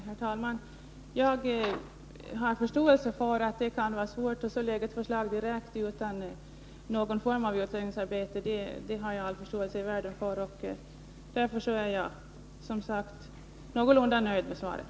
Herr talman! Jag har förståelse för att det kan vara svårt att lägga ett förslag direkt, utan någon form av utredningsarbete. Därför är jag någorlunda nöjd med svaret.